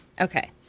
Okay